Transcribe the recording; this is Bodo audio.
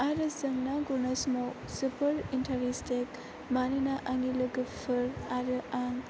आरो जों ना गुरनाय समाव जोबोद एन्थारेस्थेट मानोना आंनि लोगोफोर आरो आं